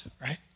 right